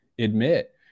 admit